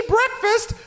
Breakfast